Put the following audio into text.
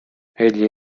egli